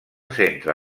centra